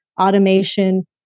automation